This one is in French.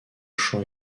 champ